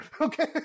Okay